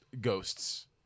ghosts